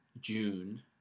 June